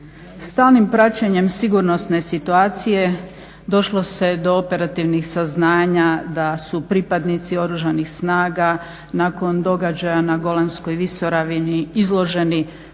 Stalnim praćenjem sigurnosne situacije došlo se do operativnih saznanja da su pripadnici Oružanih snaga nakon događaja na Golanskoj visoravni izloženi